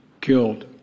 killed